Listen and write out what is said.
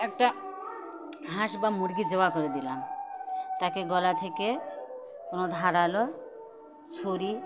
একটা হাঁস বা মুরগি জবাই করে দিলাম তাকে গলা থেকে কোনো ধারালো ছুরি